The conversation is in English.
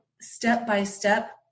step-by-step